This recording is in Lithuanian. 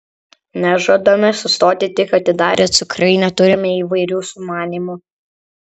nežadame sustoti tik atidarę cukrainę turime įvairių sumanymų